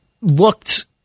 looked